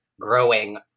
growing